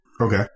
Okay